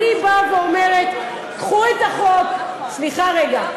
אני באה ואומרת: קחו את החוק, זה לא נכון.